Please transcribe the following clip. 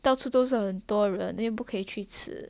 到处都是很多人 then 又不可以去吃